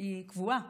היא קבועה,